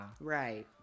Right